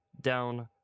down